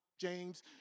James